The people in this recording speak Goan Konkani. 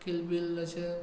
कील बील अशें